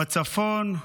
בצפון,